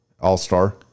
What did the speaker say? All-star